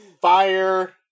Fire